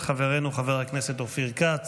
של חברנו חבר הכנסת אופיר כץ.